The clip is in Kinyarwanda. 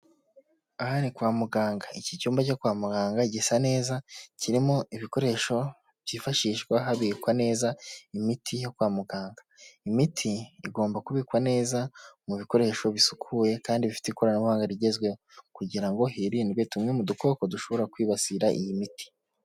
Aha ni kwa muganga. Iki cyumba cyo kwa muganga gisa neza, kirimo ibikoresho byifashishwa habikwa neza imiti yo kwa muganga. Imiti igomba kubikwa neza mu bikoresho bisukuye kandi bifite ikoranabuhanga rigezweho kugira ngo hirindwe tumwe mu dukoko dushobora kwibasira iyi miti.